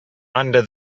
under